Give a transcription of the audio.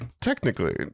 technically